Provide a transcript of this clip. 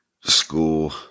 school